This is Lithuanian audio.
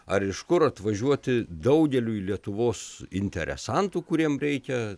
ar iš kur atvažiuoti daugeliui lietuvos interesantų kuriem reikia